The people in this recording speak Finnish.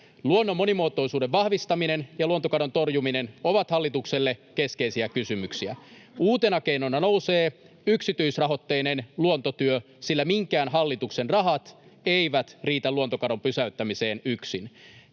Luonnon monimuotoisuuden vahvistaminen ja luontokadon torjuminen ovat hallitukselle keskeisiä kysymyksiä. Uutena keinona nousee yksityisrahoitteinen luontotyö, sillä minkään hallituksen rahat eivät riitä luontokadon pysäyttämiseen yksin.